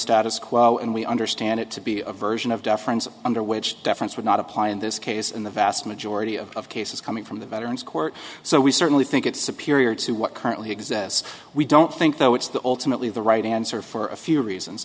status quo and we understand it to be a version of deference under which deference would not apply in this case in the vast majority of cases coming from the veterans court so we certainly think it's a period to what currently exists we don't think though it's the ultimate leave the right answer for a few reasons